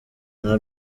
nta